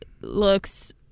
looks